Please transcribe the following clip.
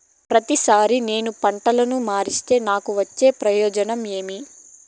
ప్రతిసారి నేను పంటను మారిస్తే నాకు వచ్చే ప్రయోజనం ఏమి?